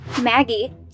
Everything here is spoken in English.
Maggie